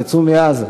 תצאו מעזה.